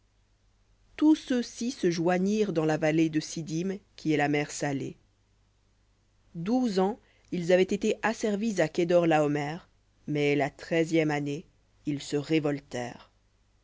tous ceux-ci se joignirent dans la vallée de siddim qui est la mer salée douze ans ils avaient été asservis à kedor laomer mais la treizième année ils se